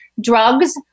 drugs